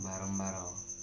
ବାରମ୍ବାର